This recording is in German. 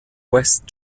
west